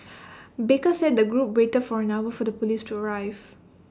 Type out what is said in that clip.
baker said the group waited for an hour for the Police to arrive